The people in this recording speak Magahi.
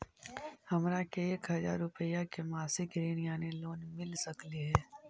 हमरा के एक हजार रुपया के मासिक ऋण यानी लोन मिल सकली हे?